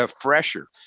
fresher